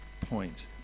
point